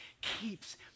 keeps